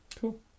cool